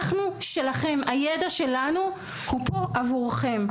אנחנו שלכם, הידע שלנו הוא פה עבורכם.